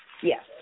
Yes